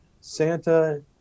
Santa